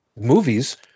movies